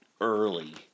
early